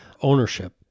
ownership